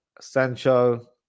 Sancho